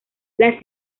las